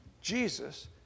Jesus